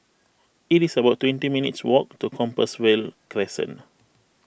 it is about twenty minutes' walk to Compassvale Crescent